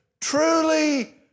truly